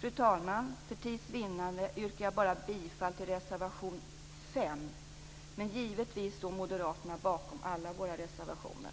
Fru talman! För tids vinnande yrkar jag bifall bara till reservation 5, men givetvis står vi moderater bakom alla våra reservationer.